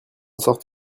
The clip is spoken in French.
sorte